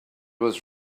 was